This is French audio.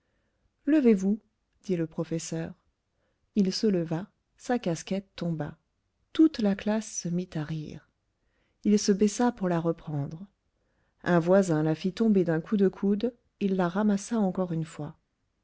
levez-vous dit le professeur il se leva sa casquette tomba toute la classe se mit à rire il se baissa pour la reprendre un voisin la fit tomber d'un coup de coude il la ramassa encore une fois